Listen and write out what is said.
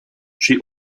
she